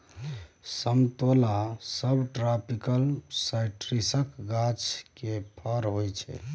समतोला सबट्रापिकल साइट्रसक गाछ केर फर होइ छै